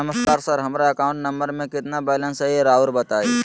नमस्कार सर हमरा account number में कितना बैलेंस हेई राहुर बताई?